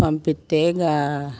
పంపిత్తే గా